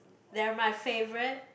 they're my favourite